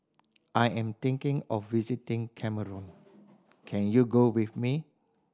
I am thinking of visiting Cameroon can you go with me